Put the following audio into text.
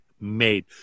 made